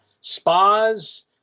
spas